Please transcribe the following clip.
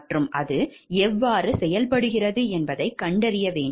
மற்றும் அது எவ்வாறு செயல்படுகிறது என்பதைக் கண்டறிய வேண்டும்